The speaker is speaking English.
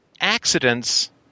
accidents –